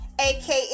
aka